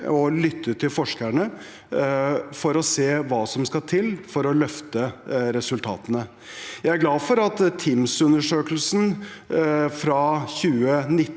og lytte til forskerne for å se hva som skal til for å løfte resultatene. Jeg er glad for at TIMSS-undersøkelsen fra 2019